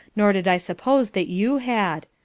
nor did i suppose that you had.